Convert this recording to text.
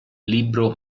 libro